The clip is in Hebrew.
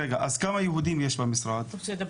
כמה יהודים יש במשרד שלך?